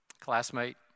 classmate